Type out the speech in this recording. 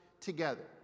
together